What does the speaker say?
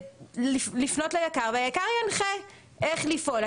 לפנות ליק"ר והיק"ר ינחה איך לפעול.